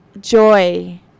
joy